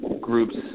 groups